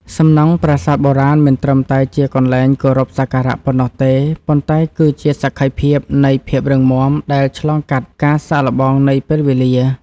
សំណង់ប្រាសាទបុរាណមិនត្រឹមតែជាកន្លែងគោរពសក្ការៈប៉ុណ្ណោះទេ ប៉ុន្តែគឺជាសក្ខីភាពនៃភាពរឹងមាំដែលឆ្លងកាត់ការសាកល្បងនៃពេលវេលា។